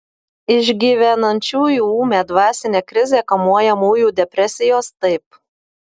išgyvenančiųjų ūmią dvasinę krizę kamuojamųjų depresijos taip